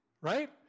right